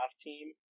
team